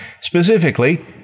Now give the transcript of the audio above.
specifically